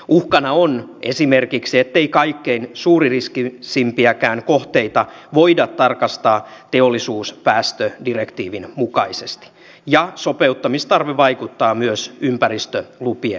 uhkana on esimerkiksi ettei kaikkein suuririskisimpiäkään kohteita voida tarkastaa teollisuuspäästödirektiivin mukaisesti ja sopeuttamistarve vaikuttaa myös ympäristölupien käsittelyyn